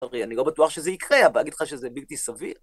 חבר'ה, אני לא בטוח שזה יקרה, אבל אגיד לך שזה בלתי סביר?